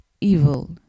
evil